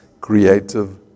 creative